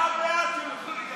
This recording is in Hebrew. אתה בעד שהיהודים יעלו עם פיתות,